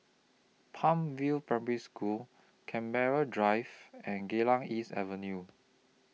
Palm View Primary School Canberra Drive and Geylang East Avenue